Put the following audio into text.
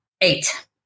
Eight